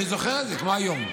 אני זוכר את זה כמו היום.